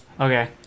Okay